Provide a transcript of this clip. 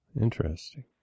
Interesting